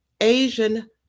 Asian